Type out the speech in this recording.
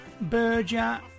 Berger